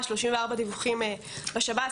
34 דיווחים בשב"ס,